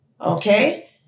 okay